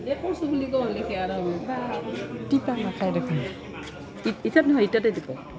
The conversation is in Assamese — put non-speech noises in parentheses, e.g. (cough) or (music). (unintelligible)